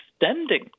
extending